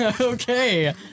okay